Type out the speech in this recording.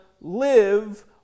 live